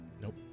Nope